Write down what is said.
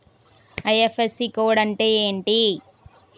IFSC code అంటే ఏంటి?